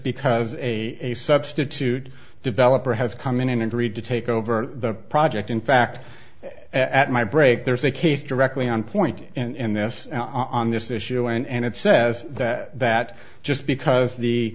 because a substitute developer has come in and read to take over the project in fact at my break there's a case directly on point and that's on this issue and it says that that just because the